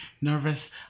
nervous